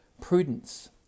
Prudence